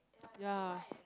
ya